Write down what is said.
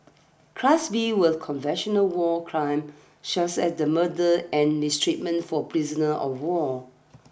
class B were conventional war crime such as the murder and mistreatment of prisoners of war